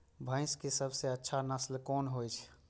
भैंस के सबसे अच्छा नस्ल कोन होय छे?